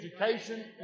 education